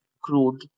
crude